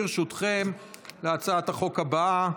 ברשותכם, להצעת החוק הבאה,